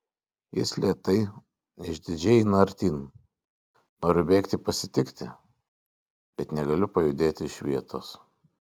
jis lėtai išdidžiai eina artyn noriu bėgti pasitikti bet negaliu pajudėti iš vietos